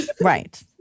Right